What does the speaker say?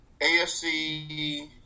AFC